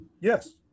yes